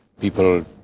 People